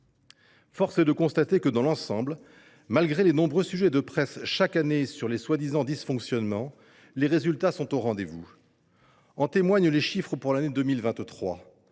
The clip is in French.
Force est de constater que, dans l’ensemble, malgré les nombreux articles de presse qui portent chaque année sur les soi disant dysfonctionnements du dispositif, les résultats sont au rendez vous. En témoignent les chiffres pour l’année 2023